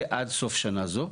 זה עד סוף שנה זו.